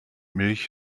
milch